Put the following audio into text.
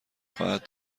خواهد